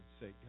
say